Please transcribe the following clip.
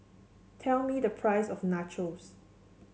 tell me the price of Nachos